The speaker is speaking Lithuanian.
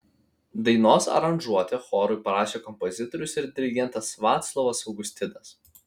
dainos aranžuotę chorui parašė kompozitorius ir dirigentas vaclovas augustinas